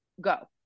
Go